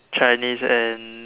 Chinese and